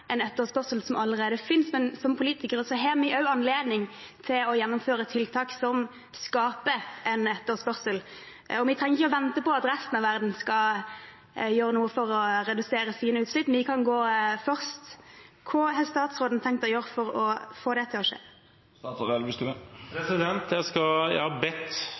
en etterspørsel som allerede finnes, men som politikere har vi også anledning til å gjennomføre tiltak som skaper en etterspørsel. Vi trenger ikke vente på at resten av verden skal gjøre noe for å redusere sine utslipp, vi kan gå først. Hva har statsråden tenkt å gjøre for å få det til å skje?